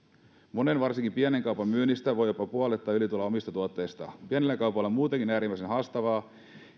monen varsinkin pienen kaupan myynnistä voi jopa puolet tai yli tulla omista tuotteista pienillä kaupoilla on muutenkin äärimmäisen haastavaa